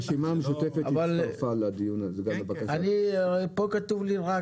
פה כתוב לי רק